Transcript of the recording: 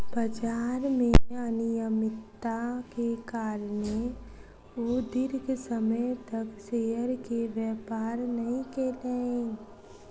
बजार में अनियमित्ता के कारणें ओ दीर्घ समय तक शेयर के व्यापार नै केलैन